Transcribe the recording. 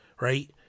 right